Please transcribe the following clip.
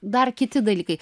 dar kiti dalykai